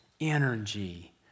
energy